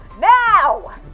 Now